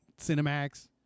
Cinemax